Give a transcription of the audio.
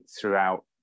throughout